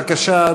בבקשה,